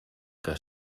que